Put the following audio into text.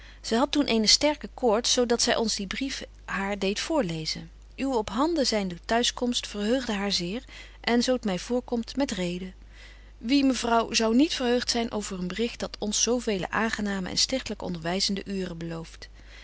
zy hadt toen eene sterke koorts zo dat zy ons dien brief haar deedt voorlezen uwe op handen zynde t'huis komst verheugde haar zeer en zo t my voor komt met reden wie mevrouw zou niet verheugt zyn over een bericht dat ons zo vele aangename en stichtelyk onderwyzende uuren belooft